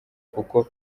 kuko